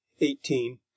eighteen